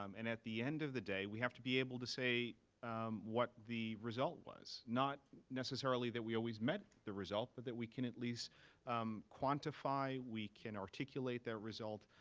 um and at the end of the day, we have to be able to say what the result was, not necessarily that we always met the result, but that we can at least um quantify, we can articulate that result,